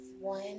one